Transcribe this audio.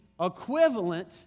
equivalent